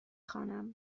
خوانم